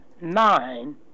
nine